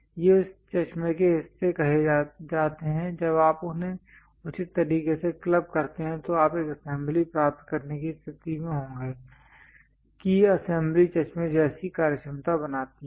ये इस चश्मे के हिस्से कहे जाते हैं जब आप उन्हें उचित तरीके से क्लब करते हैं तो आप एक असेंबली प्राप्त करने की स्थिति में होंगे कि असेंबली चश्मे जैसी कार्यक्षमता बनाती है